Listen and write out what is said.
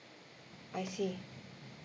I see